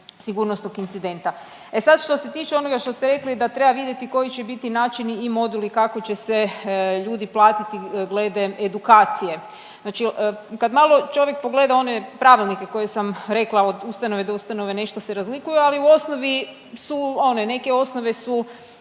sigurnosnog incidenta. E sad što se tiče onoga što ste rekli da treba vidjeti koji će biti način i modul i kako će se ljudi platiti glede edukacije. Znači kad malo čovjek pogleda one pravilnike koje sam rekla od ustanove do ustanove nešto se razlikuje, ali u osnovi su one neke osnove su